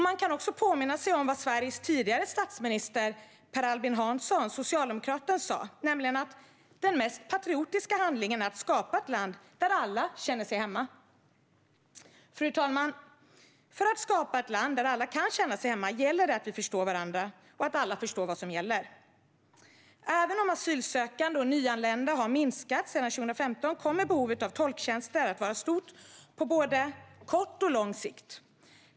Vi kan också påminna oss om vad Sveriges tidigare statsminister, socialdemokraten Per Albin Hansson, sa: "Den mest patriotiska handlingen är att skapa ett land där alla känner sig hemma." Fru talman! För att skapa ett land där alla kan känna sig hemma gäller det att vi förstår varandra och att alla förstår vad som gäller. Även om antalet asylsökande och nyanlända har minskat sedan 2015 kommer behovet av tolktjänster att vara stort på både kort och lång sikt.